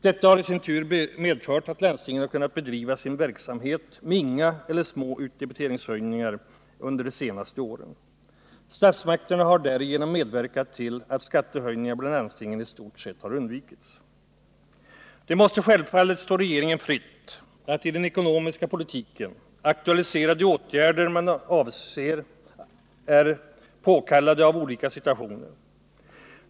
Detta har i sin tur medfört att landstingen har kunnat bedriva sin verksamhet med inga eller små utdebiteringshöjningar under de senaste åren. Statsmakterna har därigenom medverkat till att skattehöjningar bland landstingen i stort sett har undvikits. Det måste självfallet stå regeringen fritt att i den ekonomiska politiken aktualisera de åtgärder som man anser är påkallade i olika situationer.